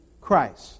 Christ